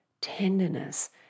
tenderness